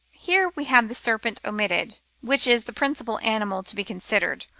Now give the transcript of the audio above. here we have the serpent omitted, which is the principal animal to be considered,